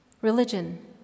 Religion